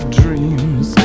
dreams